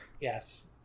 Yes